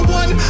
one